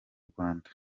rwanda